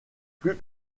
plus